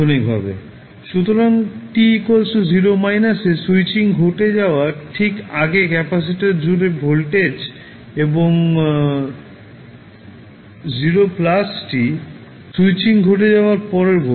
সুতরাং t 0 এ switching ঘটে যাওয়ার ঠিক আগে ক্যাপাসিটর জুড়ে ভোল্টেজ এবং 0 স্যুইচিং ঘটে যাওয়ার পরের ভোল্টেজ